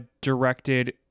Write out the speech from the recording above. directed